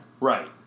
Right